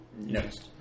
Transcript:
Next